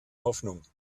hoffnung